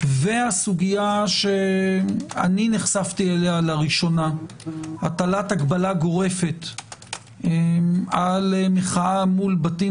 והסוגיה שאני נחשפתי אליה לראשונה- הטלת הגבלה גורפת על מחאה מול בתים